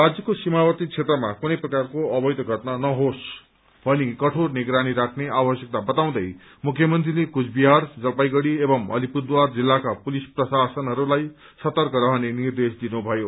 राज्यको सीमावर्त्ती क्षेत्रमा कुनै प्रकारको अवैध घटना नहोस् भनी कठोर निगरानी राख्ने आवश्यक्ता बताउँदै मुख्यमन्त्रीले कूचबिहार जलपाइगढ़ी एंव अलिपुरद्वार जिल्लाका पुलिस प्रशासनहरूलाई सतर्क रहने निर्देश दिनुभयो